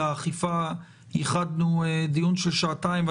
לאכיפה ייחדנו דיון של שעתיים,